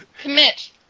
Commit